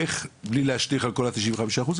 איך בלי להשליך על כל ה-95%?